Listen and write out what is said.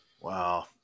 Wow